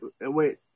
Wait